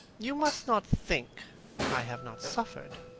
you must not think i have not suffered.